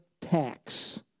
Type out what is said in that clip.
tax